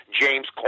James